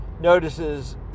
notices